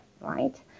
right